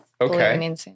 Okay